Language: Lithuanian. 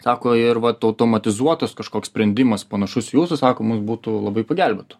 sako ir vat automatizuotas kažkoks sprendimas panašus į jūsų sakomus būtų labai pagelbėtų